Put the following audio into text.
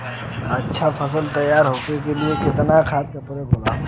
अच्छा फसल तैयार होके के लिए कितना खाद के प्रयोग होला?